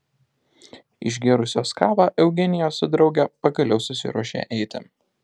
išgėrusios kavą eugenija su drauge pagaliau susiruošė eiti